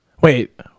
wait